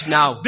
now